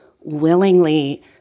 willingly